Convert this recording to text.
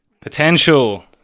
potential